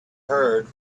heard